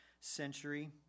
century